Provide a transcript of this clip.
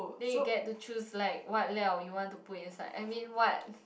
then you get to choose like what liao you want to put inside I mean what